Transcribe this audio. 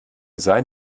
sein